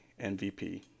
MVP